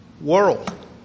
world